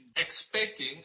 expecting